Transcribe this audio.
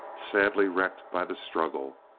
sadly wrecked by the struggle,